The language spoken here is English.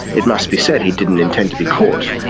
it must be said he didn't intend to be caught.